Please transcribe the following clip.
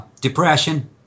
depression